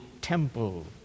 temple